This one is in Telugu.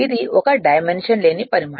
ఇది ఒక డైమెన్షన్ లేని పరిమాణం